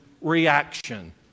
reaction